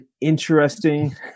interesting